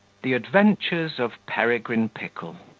the adventures of peregrine pickle,